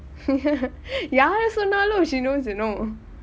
யார் சொன்னாலும்:yaar sonnaalum she knows you know